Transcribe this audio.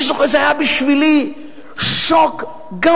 אני זוכר שזה היה בשבילי שוק גמור.